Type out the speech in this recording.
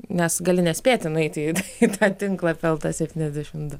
nes gali nespėti nueiti į tą tinklapį septyniasdešimt du